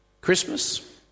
Christmas